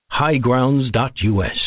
highgrounds.us